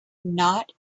not